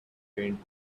faint